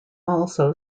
also